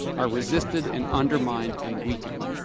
are resisted and undermined and weakened.